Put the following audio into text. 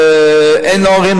אין עוררין,